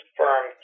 firm